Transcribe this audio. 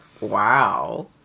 wow